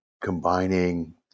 combining